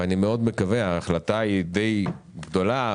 ההחלטה היא מאוד גדולה,